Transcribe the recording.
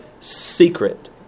secret